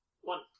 One